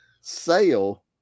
sale